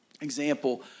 example